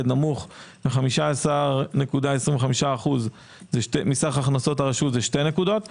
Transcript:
נמוך מ-15.25% מסך הכנסות הרשות זה 2 נקודת.